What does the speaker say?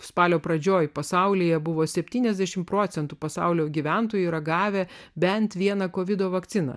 spalio pradžioje pasaulyje buvo septyniasdešim procentų pasaulio gyventojų ragavę bent vieną kovido vakciną